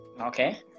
Okay